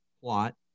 plot